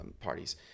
parties